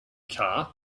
car